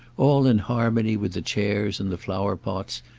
all in harmony with the chairs and the flower-pots,